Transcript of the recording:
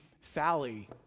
Sally